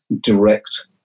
direct